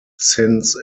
since